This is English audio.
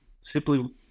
simply